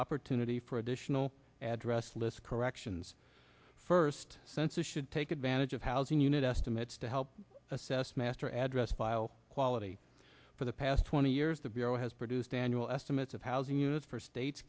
opportunity for additional address list corrections first census should take advantage of housing unit estimates to help assess master address file quality for the past twenty years the bureau has produced annual estimates of housing units for states